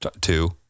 two